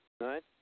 Right